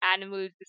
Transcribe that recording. animals